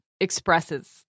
expresses